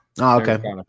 Okay